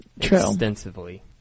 extensively